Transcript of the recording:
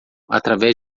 através